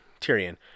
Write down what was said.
Tyrion